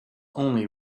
only